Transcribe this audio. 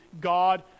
God